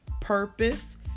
purpose